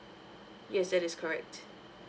yes that is correct